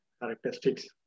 characteristics